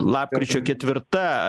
lapkričio ketvirta